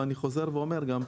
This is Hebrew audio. ואני חוזר ואומר,